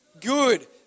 good